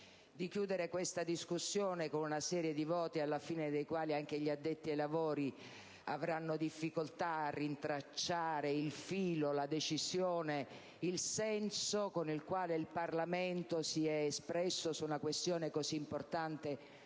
di chiudere questa discussione con una serie di voti alla fine dei quali anche gli addetti ai lavori avranno difficoltà a rintracciare il filo, la decisione, il senso con il quale il Parlamento si è espresso su una questione così importante